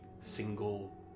single